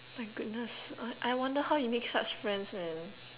my goodness uh I I wonder how you make such friends man